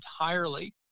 entirely